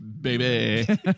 baby